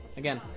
again